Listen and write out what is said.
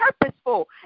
purposeful